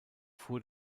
fuhr